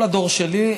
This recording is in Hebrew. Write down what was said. כל הדור שלי,